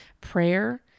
prayer